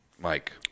Mike